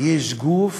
יש גוף